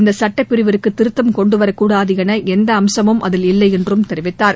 இந்த சுட்டப் பிரிவுக்கு திருத்தம் கொண்டுவரக்கூடாது என எந்த அம்சமும் அதில் இல்லை என்றும் தெரிவித்தார்